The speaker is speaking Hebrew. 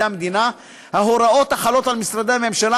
המדינה ההוראות החלות על משרדי הממשלה,